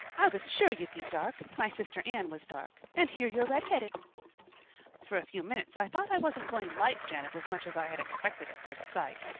i was sure you'd be dark my sister anne was dark. and here you're redheaded for a few minutes i thought i wasn't going to like janet as much as i had expected at first sight.